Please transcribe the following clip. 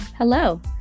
Hello